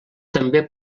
també